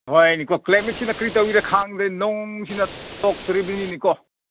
ꯍꯣꯏꯅꯦ ꯀꯣ ꯀ꯭ꯂꯥꯏꯃꯦꯠꯁꯤꯅ ꯀꯔꯤ ꯇꯧꯔꯤ ꯈꯪꯗꯦ ꯅꯣꯡꯁꯤꯅ ꯇꯣꯛꯇꯣꯔꯤꯕꯅꯤꯅꯦ ꯀꯣ